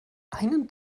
einen